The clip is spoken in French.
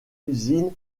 usine